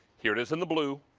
here it is in the blue.